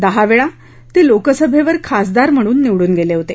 दहा वेळा ते लोकसभेवर खासदार म्हणून निवडून गेले होते